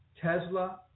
Tesla